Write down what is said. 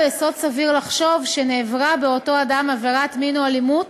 יסוד סביר לחשוב שנעברה באותו אדם עבירת מין או אלימות